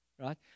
right